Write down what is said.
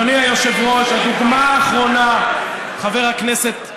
היושב-ראש, הדוגמה האחרונה, חבר הכנסת שמולי,